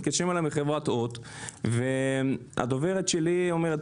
התקשרו אלי מחברת הוט והדוברת שלי אומרת